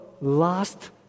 last